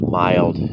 mild